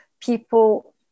people